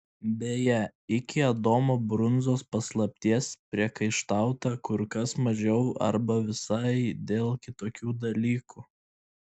beje iki adomo brunzos paslapties priekaištauta kur kas mažiau arba visai dėl kitokių dalykų